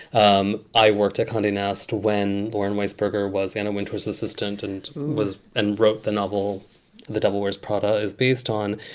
um i worked at conde nast when lauren weisberger was anna wintour as assistant and was and wrote the novel the devil wears prada is based on.